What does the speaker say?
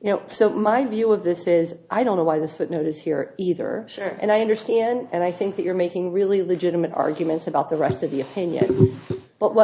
you know so my view of this is i don't know why this footnote is here either and i understand and i think that you're making really legitimate arguments about the rest of the opinion but what